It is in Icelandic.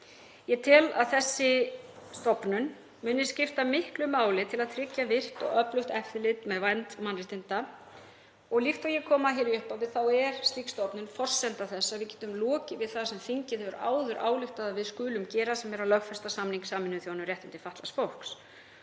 Ég tel að þessi stofnun muni skipta miklu máli til að tryggja virkt og öflugt eftirlit með vernd mannréttinda og líkt og ég kom að í upphafi er slík stofnun forsenda þess að við getum lokið við það sem þingið hefur áður ályktað að við skulum gera sem er að lögfesta samning Sameinuðu þjóðanna um réttindi fatlaðs fólks.